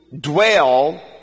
dwell